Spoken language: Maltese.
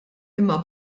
imma